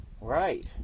right